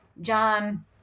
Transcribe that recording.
John